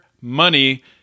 money